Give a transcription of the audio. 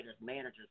managers